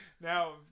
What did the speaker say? Now